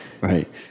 right